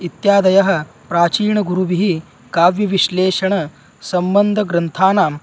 इत्यादयः प्राचीनगुरुभिः काव्यविश्लेषणसम्बन्धग्रन्थानाम्